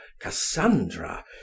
cassandra